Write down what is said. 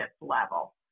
level